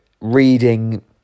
reading